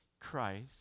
Christ